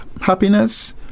happiness